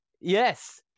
Yes